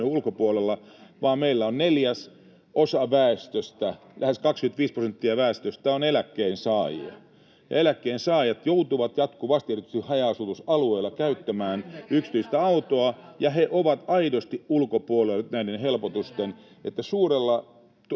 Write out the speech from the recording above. vaan meillä on neljäsosa väestöstä — lähes 25 prosenttia väestöstä — eläkkeensaajia. [Perussuomalaisten ryhmästä: Kyllä!] Eläkkeensaajat joutuvat jatkuvasti erityisesti haja-asutusalueilla käyttämään yksityistä autoa, ja he ovat aidosti ulkopuolella nyt näiden helpotusten. [Leena